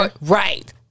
right